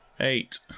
Eight